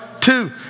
two